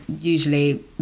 usually